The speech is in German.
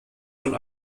von